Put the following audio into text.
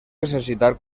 exercitar